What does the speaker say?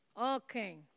Okay